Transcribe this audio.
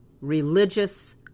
religious